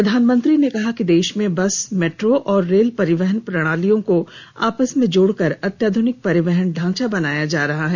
प्रधानमंत्री ने कहा कि देश में बस मैट्रो और रेल परिवहन प्रणालियों को आपस में जोड़कर अत्याध्रनिक परिवहन ढांचा बनाया जा रहा है